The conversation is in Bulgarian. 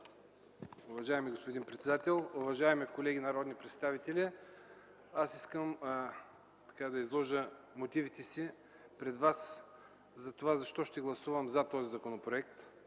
Уважаеми господин председател, уважаеми колеги народни представители, искам да изложа мотивите си пред вас защо ще гласувам за този законопроект.